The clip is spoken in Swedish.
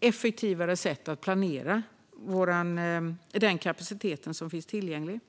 effektivare sätt att planera den kapacitet som finns tillgänglig.